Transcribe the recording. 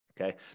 Okay